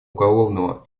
уголовного